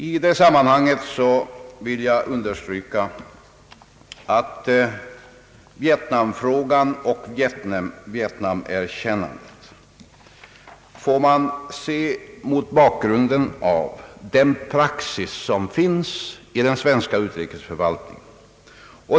I det sammanhanget vill jag understryka att Vietnamfrågan och erkännandet av Nordvietnam får ses mot bakgrunden av den praxis som finns i den svenska utrikesförvaltningen.